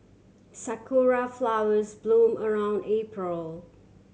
sakura flowers bloom around April